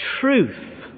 truth